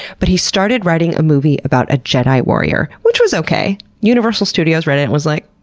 but he started writing a movie about a jedi warrior, which was okay. universal studios read it, and was like,